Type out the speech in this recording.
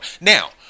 Now